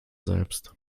selbst